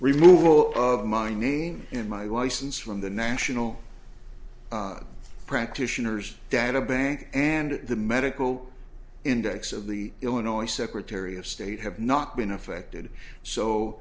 remove all of my name and my wife since from the national practitioners data bank and the medical index of the illinois secretary of state have not been affected so